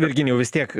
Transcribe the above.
virginijau vis tiek